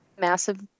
massive